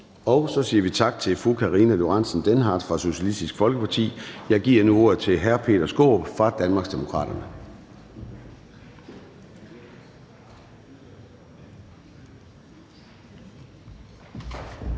Så siger vi tak til fru Karina Lorentzen Dehnhardt fra Socialistisk Folkeparti. Jeg giver nu ordet til hr. Peter Skaarup fra Danmarksdemokraterne.